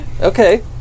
Okay